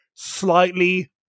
Slightly